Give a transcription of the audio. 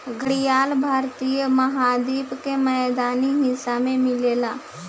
घड़ियाल भारतीय महाद्वीप के मैदानी हिस्सा में मिलेला